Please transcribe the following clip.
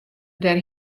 dêr